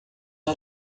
ela